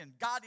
God